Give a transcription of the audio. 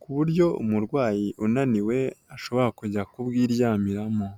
ku buryo umurwayi unaniwe ashobora kujya kubwiryamiramo.